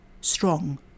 strong